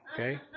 okay